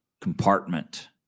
compartment